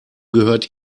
gehört